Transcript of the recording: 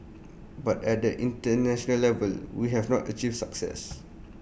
but at the International level we have not achieved success